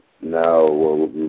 now